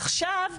עכשיו,